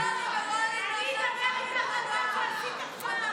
אדבר איתך על מה שעשית עכשיו.